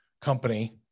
company